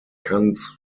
cannes